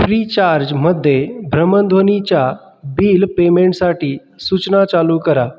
फ्रीचार्जमध्ये भ्रमणध्वनीच्या बिल पेमेंटसाटी सूचना चालू करा